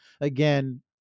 again